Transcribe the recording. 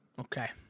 Okay